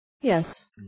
Yes